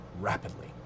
rapidly